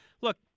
look